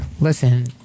Listen